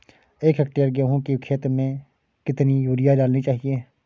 एक हेक्टेयर गेहूँ की खेत में कितनी यूरिया डालनी चाहिए?